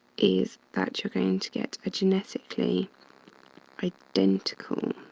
is that you're going to get a genetically identical